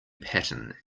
pattern